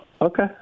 okay